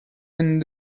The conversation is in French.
vingt